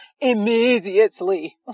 Immediately